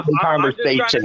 conversation